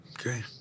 Okay